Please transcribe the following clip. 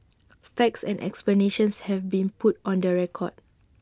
facts and explanations have been put on the record